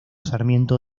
sarmiento